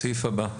הסעיף הבא.